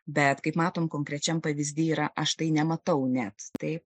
bet kaip matome konkrečiam pavyzdy yra aš tai nematau net taip